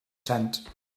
tent